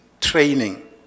Training